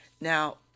Now